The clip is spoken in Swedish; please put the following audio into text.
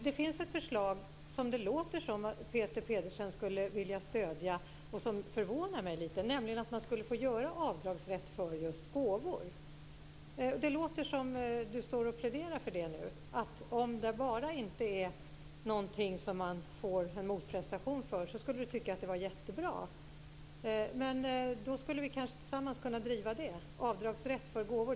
Det finns ett förslag, som det låter som om Peter Pedersen skulle vilja stödja, som förvånar mig lite, nämligen att få göra avdragsrätt för just gåvor. Det låter som om Peter Pedersen pläderar för detta nu, dvs. om det bara inte är fråga om en motprestation skulle han tycka att det var jättebra. Då skulle vi tillsammans kunna driva frågan om avdragsrätt för gåvor.